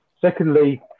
Secondly